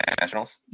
Nationals